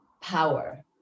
power